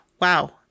Wow